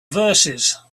verses